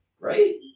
right